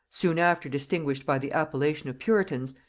soon after distinguished by the appellation of puritans,